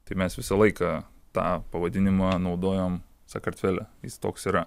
tai mes visą laiką tą pavadinimą naudojom sakartvele jis toks yra